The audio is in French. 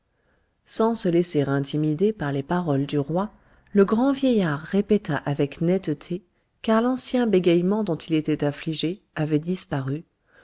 sans se laisser intimider par les paroles du roi le grand vieillard répéta avec netteté car l'ancien bégaiement dont il était affligé avait disparu